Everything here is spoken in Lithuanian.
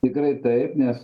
tikrai taip nes